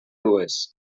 dues